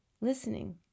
listening